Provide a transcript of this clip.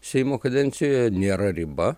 seimo kadencijoje nėra riba